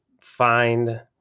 find